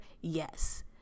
Yes